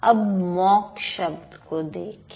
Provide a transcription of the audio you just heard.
अब मॉक् शब्द को देखें